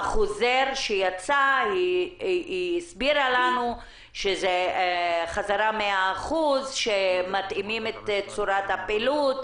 היא הסבירה שזאת חזרה 100% ומתאימים את הפעילות.